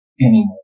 anymore